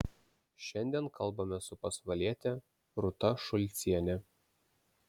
šiandien kalbamės su pasvaliete rūta šulciene